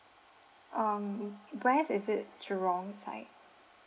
um west is it jurong side